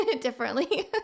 differently